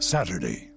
Saturday